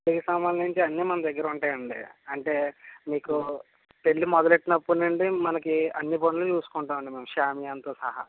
పెళ్ళికి సంబంధించి అన్నీ మన దగ్గర ఉంటాయండి అంటే మీకు పెళ్ళి మొదలెట్టినప్పటి నుండి మనకు అన్నీ పనులు చేసుకుంటామండీ షామియానాతో సహా